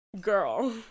Girl